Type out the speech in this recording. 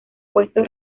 puestos